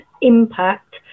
impact